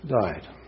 died